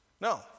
No